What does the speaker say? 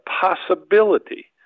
possibility